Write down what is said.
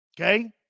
Okay